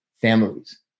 families